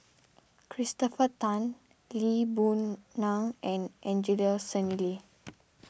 Christopher Tan Lee Boon Ngan and Angelo Sanelli